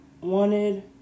wanted